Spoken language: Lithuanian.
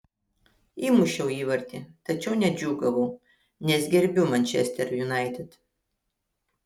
įmušiau įvartį tačiau nedžiūgavau nes gerbiu manchester united